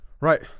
Right